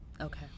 Okay